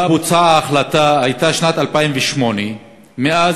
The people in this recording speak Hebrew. שבה בוצעה ההחלטה הייתה שנת 2008. מאז